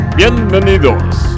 Bienvenidos